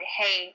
hey